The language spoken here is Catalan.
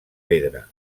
pedra